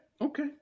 okay